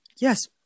Yes